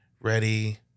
ready